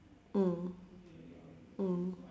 mm mm